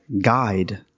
Guide